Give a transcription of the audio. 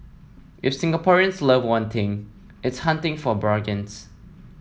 if Singaporeans love one thing it's hunting for bargains